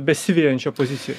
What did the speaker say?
besivejančio pozicijoj